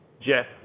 Jeff